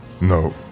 No